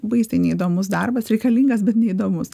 baisiai neįdomus darbas reikalingas bet neįdomus